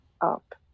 up